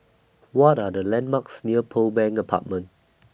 What Are The landmarks near Pearl Bank Apartment